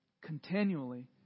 continually